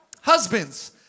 Husbands